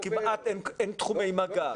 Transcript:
כמעט אין תחומי מגע.